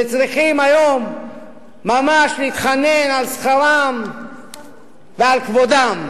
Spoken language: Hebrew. שצריכים היום להתחנן על שכרם ועל כבודם.